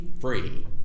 free